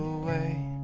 away